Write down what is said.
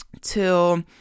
till